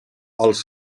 els